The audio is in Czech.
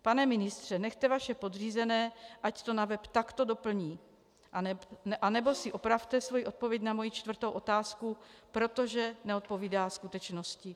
Pane ministře, nechte vaše podřízené, ať to na web takto doplní, anebo si opravte svoji odpověď na moji čtvrtou otázku, protože neodpovídá skutečnosti.